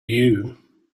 you